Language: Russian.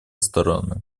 стороны